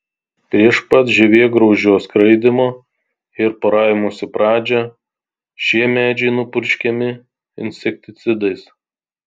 prieš pat žievėgraužio skraidymo ir poravimosi pradžią šie medžiai nupurškiami insekticidais